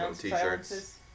T-shirts